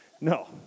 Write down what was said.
No